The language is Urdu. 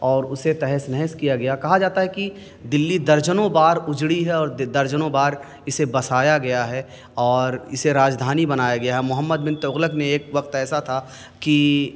اور اسے تہس نہس کیا گیا کہا جاتا ہے کہ دلی درجنوں بار اجڑی ہے اور درجنوں بار اسے بسایا گیا ہے اور اسے راجدھانی بنایا گیا ہے محمد بن تغلق نے ایک وقت ایسا تھا کہ